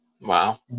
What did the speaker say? Wow